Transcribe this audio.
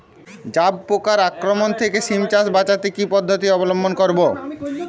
জাব পোকার আক্রমণ থেকে সিম চাষ বাচাতে কি পদ্ধতি অবলম্বন করব?